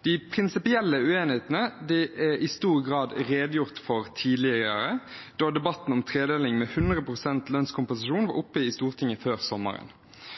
De prinsipielle uenighetene er i stor grad redegjort for tidligere, da debatten om tredeling med 100 pst. lønnskompensasjon var oppe i Stortinget før sommeren.